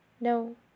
No